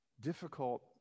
difficult